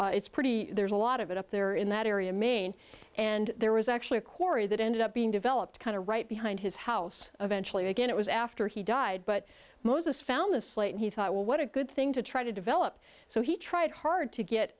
suppose it's pretty there's a lot of it up there in that area maine and there was actually a quarry that ended up being developed kind of right behind his house eventually i guess it was after he died but moses found this slate he thought well what a good thing to try to develop so he tried hard to get